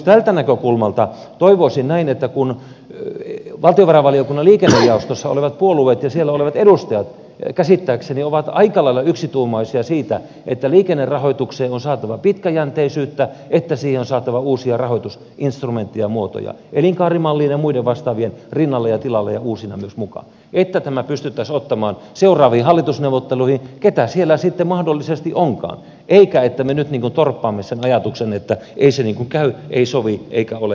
tältä näkökulmalta toivoisin kun valtiovarainvaliokunnan liikennejaostossa olevat puolueet ja siellä olevat edustajat käsittääkseni ovat aika lailla yksituumaisia siitä että liikennerahoitukseen on saatava pitkäjänteisyyttä että siihen on saatava uusia rahoitusinstrumentteja ja muotoja elinkaarimallin ja muiden vastaavien rinnalle ja tilalle ja uusina myös mukaan että tämä pystyttäisiin ottamaan seuraaviin hallitusneuvotteluihin ketä siellä sitten mahdollisesti onkaan eikä että me nyt torppaamme sen ajatuksen että ei se niin kuin käy ei sovi eikä ole ollenkaan mahdollista